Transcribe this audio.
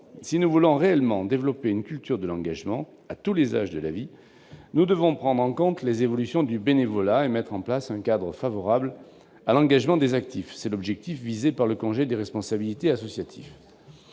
Si nous voulons réellement développer une culture de l'engagement à tous les âges de la vie, nous devons prendre en compte les évolutions du bénévolat et mettre en place un cadre favorable à l'engagement des actifs. C'est l'objectif visé par le congé des responsabilités associatives.